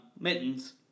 mittens